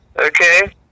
Okay